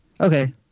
okay